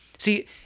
See